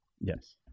yes